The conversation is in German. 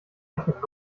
hat